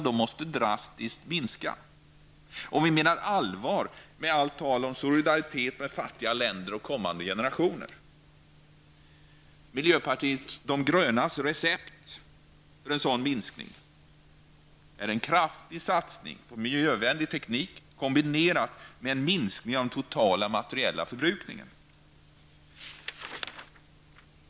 De måste drastiskt minska, om vi menar allvar med allt tal om solidaritet med fattiga länder och kommande generationer. Miljöpartiets recept för en sådan minskning är en kraftig satsning på miljövänlig teknik kombinerad med en minskning av den totala materiella förbrukningen.